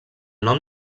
nom